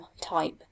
type